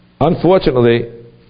Unfortunately